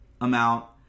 amount